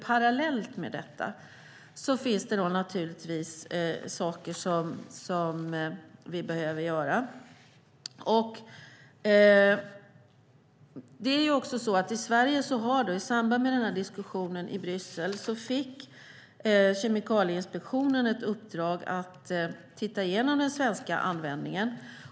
Parallellt med detta finns det naturligtvis saker vi behöver göra. I samband med diskussionen i Bryssel fick Kemikalieinspektionen i Sverige i uppdrag att titta igenom den svenska användningen.